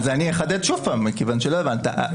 אני אחדד שוב כיוון שלא הבנת.